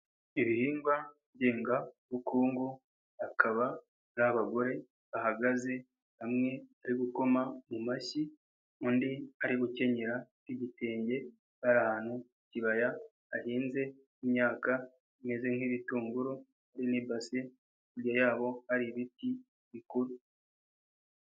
Ibihingwa ngengabukungu, hakaba hari abagore bahagaze hamwe, bari gukoma mu mashyi, undi ari gukenyera igitenge, bari ahantu ku kibaya hahinze imyaka imeze nk'ibitunguru biri mu ibase, hakurya yaho hari ibiti bikuru.